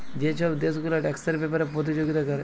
যে ছব দ্যাশ গুলা ট্যাক্সের ব্যাপারে পতিযগিতা ক্যরে